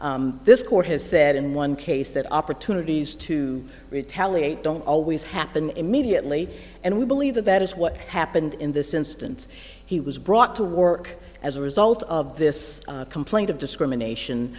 this court has said in one case that opportunities to retaliate don't always happen immediately and we believe that that is what happened in this instance he was brought to work as a result of this complaint of discrimination